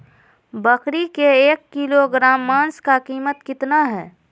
बकरी के एक किलोग्राम मांस का कीमत कितना है?